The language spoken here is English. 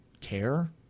care